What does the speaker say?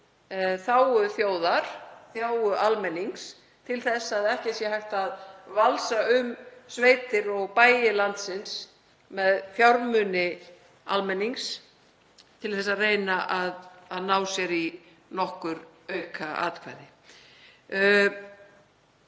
þágu þjóðar, í þágu almennings, til þess að ekkert sé hægt að valsa um sveitir og bæi landsins með fjármuni almennings til að reyna að ná sér í nokkur aukaatkvæði.